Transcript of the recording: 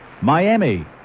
Miami